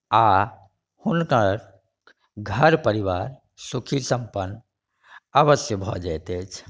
आ हुनकर घर परिवार सुखी सम्पन्न अवश्य भऽ जाइत अछि